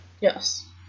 yes